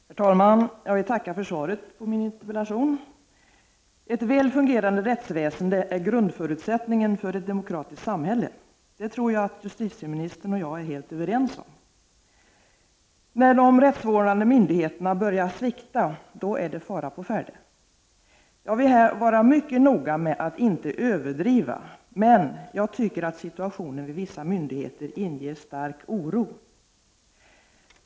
Herr talman! Jag vill tacka för svaret på min interpellation. Ett väl fungerande rättsväsende är grundförutsättningen för ett demokratiskt samhälle. Det tror jag justitieministern och jag är helt överens om. När de rättsvårdande myndigheterna börjar svikta är det fara på färde. Jag vill här vara mycket noga med att inte överdriva men jag tycker att situationen vid vissa myndigheter inger stark oro.